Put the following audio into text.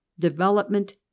development